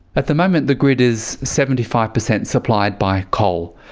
at the moment the grid is seventy five percent supplied by coal.